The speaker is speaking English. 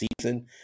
season